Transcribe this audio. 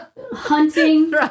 Hunting